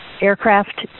aircraft